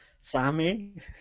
Sammy